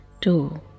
two